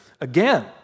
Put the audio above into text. Again